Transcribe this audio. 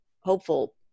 hopeful